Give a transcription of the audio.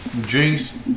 drinks